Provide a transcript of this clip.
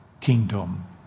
kingdom